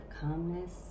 calmness